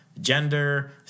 gender